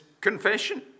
confession